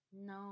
No